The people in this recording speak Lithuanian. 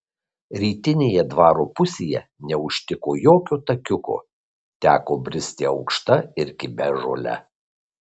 rytinėje dvaro pusėje neužtiko jokio takiuko teko bristi aukšta ir kibia žole